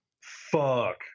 Fuck